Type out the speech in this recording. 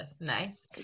Nice